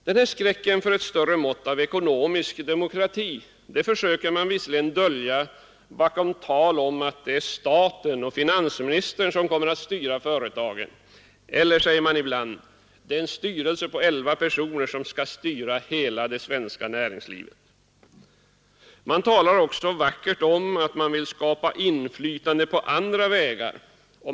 Denna skräck för ett större mått av ekonomisk demokrati försöker man visserligen dölja bakom tal om att det är staten och finansministern som kommer att styra företagen eller, som man säger ibland, att det är en styrelse på elva personer som skall styra hela det svenska näringslivet. Man talar också vackert om att man vill skapa inflytande på andra vägar.